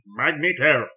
Magneto